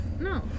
No